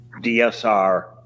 DSR